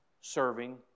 serving